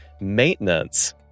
maintenance